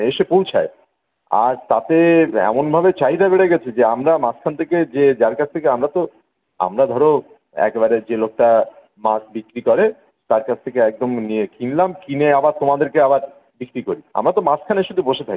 এসে পৌঁছায় আর তাতে এমনভাবে চাহিদা বেড়ে গিয়েছে যে আমরা মাঝখান থেকে যে যার কাছ থেকে আমরা তো আমরা ধরো একবারে যে লোকটা মাছ বিক্রি করে তার কাছ থেকে একদম নিয়ে কিনলাম কিনে আবার তোমাদেরকে আবার বিক্রি করি আমরা তো মাঝখানে শুধু বসে থাকি